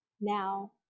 now